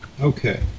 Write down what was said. Okay